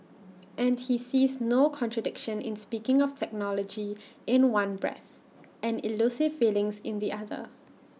and he sees no contradiction in speaking of technology in one breath and elusive feelings in the other